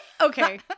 Okay